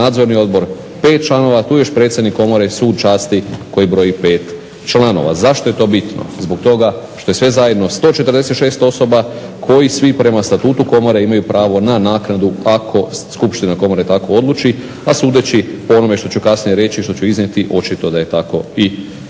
Nadzorni odbor 5 članova, tu je još predsjednik komore, Sud časti koji broji 5 članova. Zašto je to bitno? Zbog toga što je sve zajedno 146 osoba koji svi prema Statutu komore imaju pravo na naknadu ako Skupština komore tako odluči, a sudeći po onome što ću kasnije reći, što ću iznijeti očito da je tako i